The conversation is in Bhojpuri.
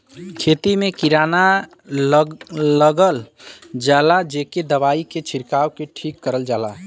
खेती में किरौना लग जाला जेके दवाई के छिरक के ठीक करल जाला